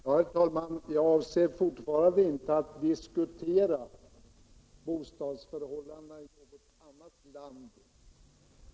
Herr talman! Jag avser fortfarande inte att diskutera bostadsförhållandena i något annat land.